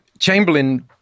Chamberlain